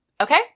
Okay